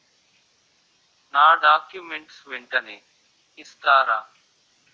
నా డాక్యుమెంట్స్ వెంటనే ఇస్తారా?